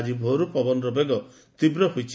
ଆକି ଭୋରରୁ ପବନର ବେଗ ତୀବ୍ର ହୋଇଛି